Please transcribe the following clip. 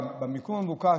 במיקום המבוקש,